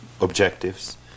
objectives